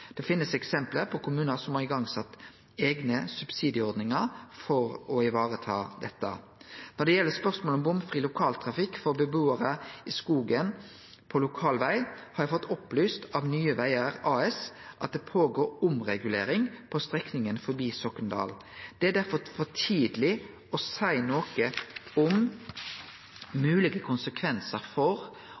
Det finst eksempel på kommunar som har sett i gang eigne subsidieordningar for å vareta dette. Når det gjeld spørsmålet om bomfri lokaltrafikk for bebuarar i Skogen på lokal veg, har eg fått opplyst av Nye Vegar AS at det pågår omregulering på strekninga forbi Soknedal. Det er derfor for tidleg å seie noko om moglege konsekvensar for